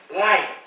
light